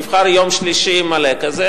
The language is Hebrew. נבחר יום שלישי מלא כזה,